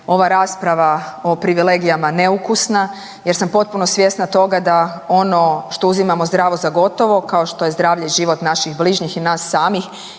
ova rasprava o privilegijama neukusna, jer sam potpuno svjesna toga da ono što uzimamo zdravo za gotovo, kao što je zdravlje i život naših bližnjih i nas samih